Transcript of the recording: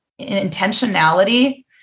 intentionality